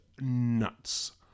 nuts